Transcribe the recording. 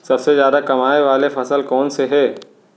सबसे जादा कमाए वाले फसल कोन से हे?